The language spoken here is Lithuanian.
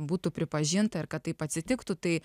būtų pripažinta ir kad taip atsitiktų tai